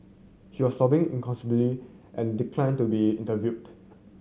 she was sobbing inconsolably and declined to be interviewed